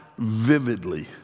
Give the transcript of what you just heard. vividly